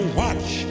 watch